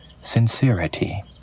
sincerity